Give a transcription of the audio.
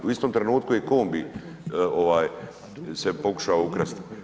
U istom trenutku je i kombi se pokušao ukrasti.